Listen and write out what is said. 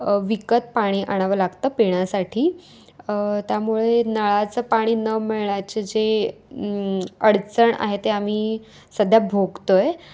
विकत पाणी आणावं लागतं पिण्यासाठी त्यामुळे नळाचं पाणी न मिळायचे जे अडचण आहे ते आम्ही सध्या भोगतो आहे